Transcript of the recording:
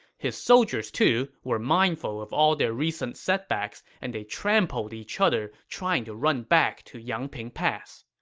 his soldiers, too, were mindful of all their recent setbacks, and they trampled each other trying to run back to yangping pass.